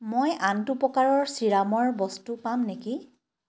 মই আনটো প্ৰকাৰৰ ছিৰামৰ বস্তু পাম নেকি